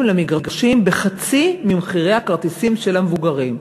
למגרשים בחצי ממחירי הכרטיסים של המבוגרים.